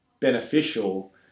beneficial